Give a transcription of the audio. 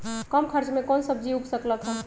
कम खर्च मे कौन सब्जी उग सकल ह?